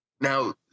Now